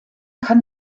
kann